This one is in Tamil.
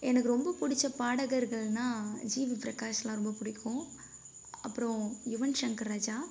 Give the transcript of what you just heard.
எனக்கு ரொம்ப பிடிச்ச பாடகர்கள்னால் ஜிவி பிரகாஷ்லாம் ரொம்ப பிடிக்கும் அப்புறோம் யுவன் சங்கர் ராஜா